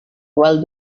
while